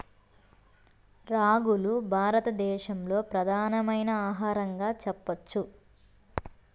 రాగులు భారత దేశంలో ప్రధానమైన ఆహారంగా చెప్పచ్చు